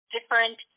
different